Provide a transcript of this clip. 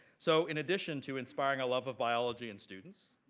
so in addition to inspiring a love of biology and students,